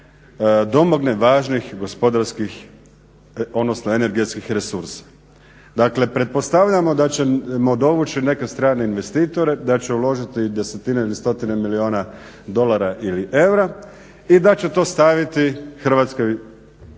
domogne važnih gospodarskih, odnosno energetskih resursa. Dakle, pretpostavljamo da ćemo dovući neke strane investitore, da će uložiti desetine ili stotine milijuna dolara ili eura i da će to staviti Hrvatskoj,